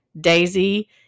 Daisy